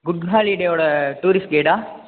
good ஹாலிடேவோட tourist கைடா